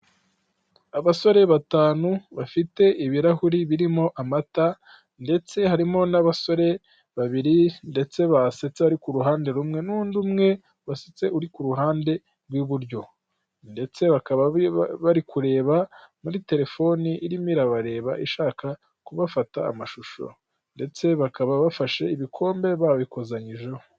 Abasore batanu bafite ibirahuri birimo amata ndetse harimo n'abasore babiri ndetse basetsa ariko ku ruhande rumwe n'undi umwe basetse uri ku ruhande rw'iburyo, ndetse bakaba bari kureba muri telefoni irimo irabareba ishaka kubafata amashusho ndetse bakaba bafashe ibikombe babikosanyijeho.